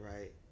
right